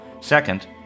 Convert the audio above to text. Second